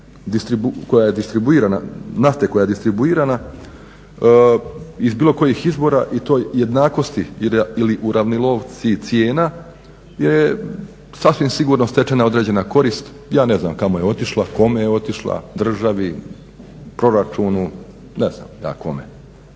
koja je distribuirana iz bilo kojih izvora i to jednakosti ili uravnilovci cijena je sasvim sigurno stečena određena korist, ja ne znam kamo je otišla, kome je otišla, državi, proračunu, ne znam ja kome.